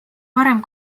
parem